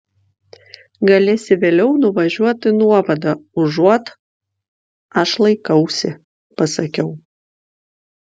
galėsi vėliau nuvažiuoti į nuovadą užuot aš laikausi pasakiau